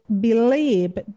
believe